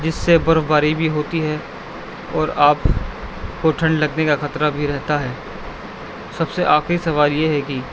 جس سے برف باری بھی ہوتی ہے اور آپ کو ٹھنڈ لگنے کا خطرہ بھی رہتا ہے سب سے آخر سوال یہ ہے کہ